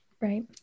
right